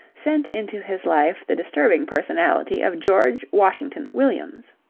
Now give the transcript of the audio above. sent into his life the disturbing personality of george washington williams.